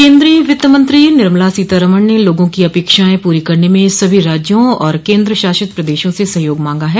केन्द्रीय वित्तमंत्री निर्मला सीतारमन ने लोगों की अपेक्षाएं पूरी करने में सभी राज्यों और केन्द्रशासित प्रदेशों से सहयोग मांगा है